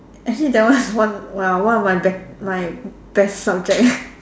actually that one is one ya one of my be~ my best subject